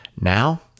Now